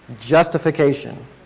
justification